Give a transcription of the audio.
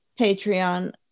Patreon